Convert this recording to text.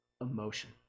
emotion